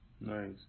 Nice